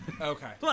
Okay